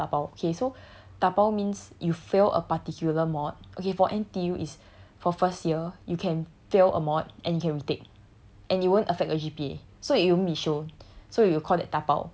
and people who really need have dabao okay so dabao means you fail a particular mod okay for N_T_U is for first year you can fail a mod and you can retake and it won't affect your G_P_A so it won't be shown